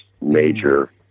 major